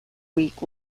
week